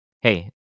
hey